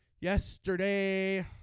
Yesterday